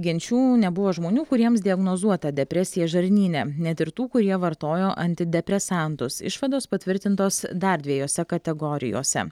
genčių nebuvo žmonių kuriems diagnozuota depresija žarnyne net ir tų kurie vartojo antidepresantus išvados patvirtintos dar dvejose kategorijose